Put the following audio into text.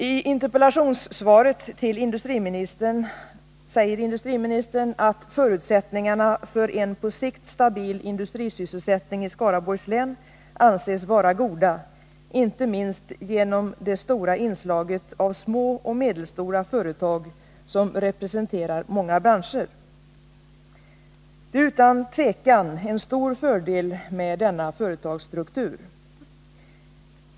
I interpellationssvaret säger industriministern att förutsättningarna för en på sikt stabil industrisysselsättning i Skaraborgs län anses vara goda, inte minst genom det stora inslaget av små och medelstora företag som representerar många branscher. Det är utan tvivel en stor fördel med denna företagsstruktur.